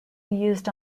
used